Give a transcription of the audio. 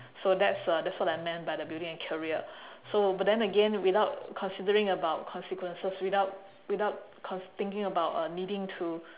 so that's uh that's what I meant by building a career so but then again without considering about consequences without without cons~ thinking about uh needing to